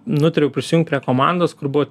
nutariau prisijungt prie komandos kur buvo